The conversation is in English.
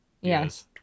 Yes